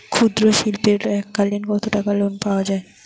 ক্ষুদ্রশিল্পের এককালিন কতটাকা লোন পাওয়া য়ায়?